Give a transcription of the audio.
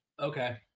okay